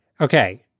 Okay